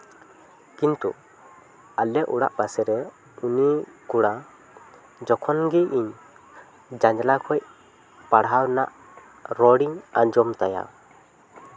ᱠᱤᱱᱛᱩ ᱟᱞᱮ ᱚᱲᱟᱜ ᱯᱟᱥᱮᱨᱮ ᱩᱱᱤ ᱠᱚᱲᱟ ᱡᱚᱠᱷᱚᱱ ᱜᱮ ᱤᱧ ᱡᱟᱱᱟᱞᱟ ᱠᱷᱚᱱ ᱯᱟᱲᱦᱟᱣ ᱨᱮᱭᱟᱜ ᱨᱚᱲᱤᱧ ᱟᱸᱡᱚᱢ ᱛᱟᱭᱟ